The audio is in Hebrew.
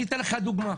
אני אתן לך דוגמה: